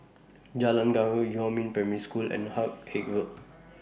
Jalan Gaharu Huamin Primary School and Haig Road